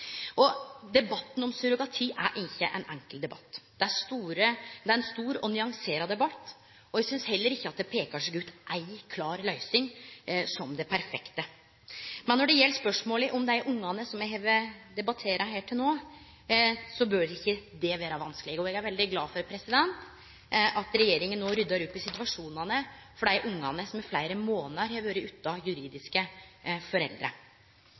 til. Debatten om surrogati er ikkje ein enkel debatt. Det er ein stor og nyansert debatt, og eg synest heller ikkje at ei klar løysing peikar seg ut som den perfekte. Når det gjeld spørsmålet om dei ungane som me har debattert her til no, bør ikkje det vere vanskeleg. Eg er veldig glad for at regjeringa no ryddar opp i situasjonen for dei ungane som i fleire månader har vore utan juridiske foreldre.